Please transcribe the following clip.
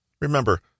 Remember